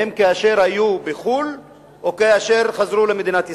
האם כאשר היו בחו"ל או כאשר חזרו למדינת ישראל?